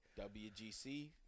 WGC